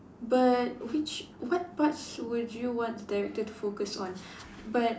but which what parts would you want the director to focus on but